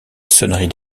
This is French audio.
sonnerie